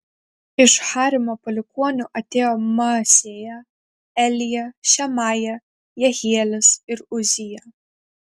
iš harimo palikuonių atėjo maasėja elija šemaja jehielis ir uzija